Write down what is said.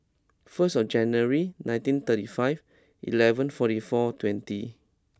first January nineteen thirty five eleven forty four twenty